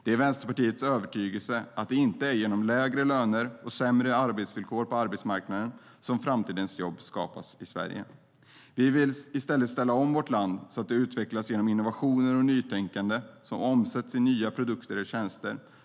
Det är Vänsterpartiets övertygelse att det inte är genom lägre löner och sämre arbetsvillkor på arbetsmarknaden som framtidens jobb skapas i Sverige. Vi vill i stället ställa om vårt land så att det utvecklas genom innovationer och nytänkande som omsätts i nya produkter eller tjänster.